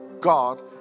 God